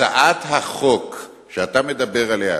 הצעת החוק שאתה מדבר עליה,